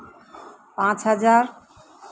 ᱯᱟᱸᱪ ᱦᱟᱡᱟᱨ